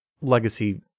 legacy